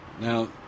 Now